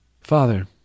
Father